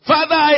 Father